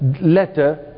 letter